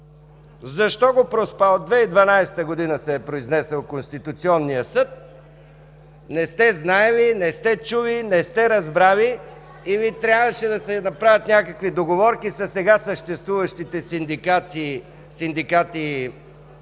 Защо го проспа? От 2012 г. се е произнесъл Конституционният съд – не сте знаели, не сте чули, не сте разбрали или трябваше да се направят някакви договорки със сега съществуващите синдикати